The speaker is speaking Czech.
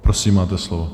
Prosím, máte slovo.